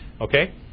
Okay